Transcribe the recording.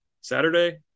Saturday